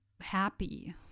happy